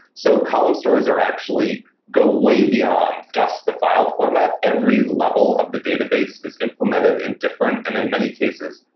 so column stores are actually go way beyond just the file format. every level of the database is implemented in different, and in many cases,